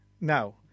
Now